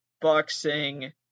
boxing